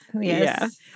Yes